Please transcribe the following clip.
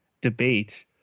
debate